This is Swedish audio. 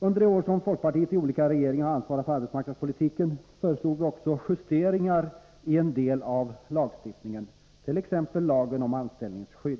Under de år som folkpartiet i olika regeringar hade ansvaret för arbetsmarknadspolitiken föreslog vi också justeringar i en del av lagstiftningen,t.ex. lagen om anställningsskydd.